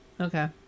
Okay